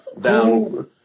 down